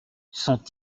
sont